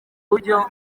buryo